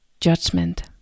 judgment